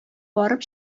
барып